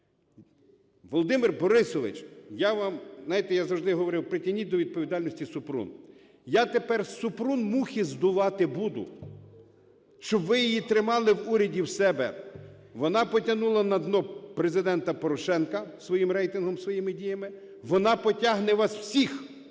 Володимир Борисович, я вам, знаєте, я завжди говорив, притягніть до відповідальності Супрун. Я тепер з Супрун мухи здувати буду, щоб ви її тримали в уряді у себе. Вона потягнула на дно Президента Порошенка своїм рейтингом, своїми діями, вона потягне вас всіх